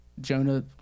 Jonah